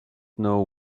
know